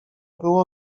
było